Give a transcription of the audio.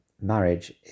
marriage